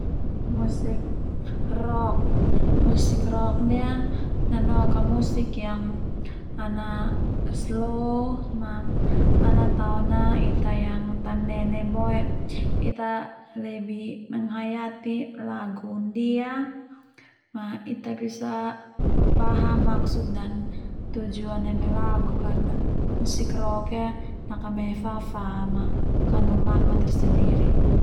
Musik rock ndia nanok ka musik yang ana slow ma tao na Ita yang tamnene boe Ita lebih menghayati lagu ndia ma ita bisa paham maksud dan tujuan neme lagu karna musik rock ndia nakame fa-fa ma kanu makna tersendiri.